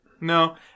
no